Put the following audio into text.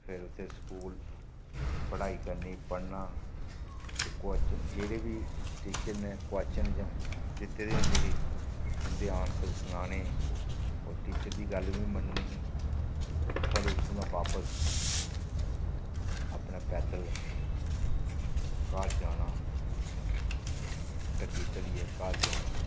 फिर उत्थें स्कूल पढ़ाई करनी पढ़ना ते को जेह्ड़े बी टीचर ने कव्शन जां दित्ते दो होंदे हे उं'दे आंसर सनाने होर टीचर दी गल्ल बी मन्ननी हा पर उत्थूं दा बापस अपने पैदल घर जाना ढक्की ढलियै घर जाना